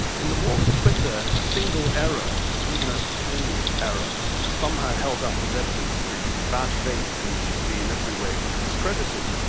in the world of twitter, a single error, even a tiny error, is somehow held up as evidence that you have bad faith and should be in every way discredited.